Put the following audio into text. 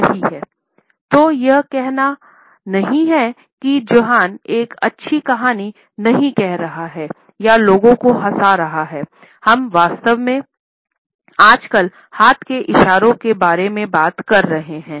सही हैं तो यह कहना नहीं है कि जोनाह एक अच्छी कहानी नहीं कह रहा है या लोगों को हँसा रहा है हम वास्तव में आज केवल हाथ के इशारों के बारे में बात कर रहे हैं